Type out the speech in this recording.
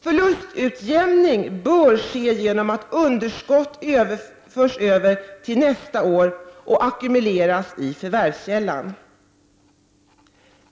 Förlustutjämning bör ske genom att underskottet förs över till nästa år och ackumuleras i förvärvskällan.